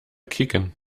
kicken